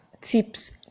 tips